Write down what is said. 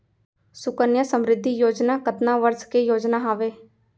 सुकन्या समृद्धि योजना कतना वर्ष के योजना हावे?